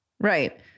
Right